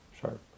sharp